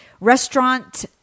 restaurant